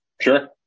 Sure